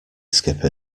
skipper